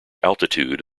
altitude